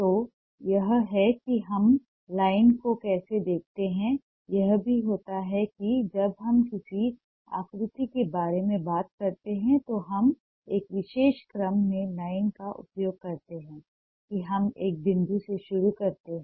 तो यह है कि हम लाइन को कैसे देखते हैं यह भी होता है कि जब हम किसी आकृति के बारे में बात करते हैं तो हम एक विशेष क्रम में लाइन का उपयोग करते हैं कि हम एक बिंदु से शुरू करते हैं